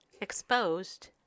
exposed